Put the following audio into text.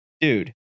dude